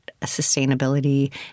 sustainability